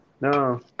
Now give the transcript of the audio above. No